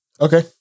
Okay